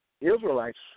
Israelites